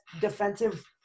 defensive